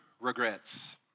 regrets